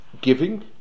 giving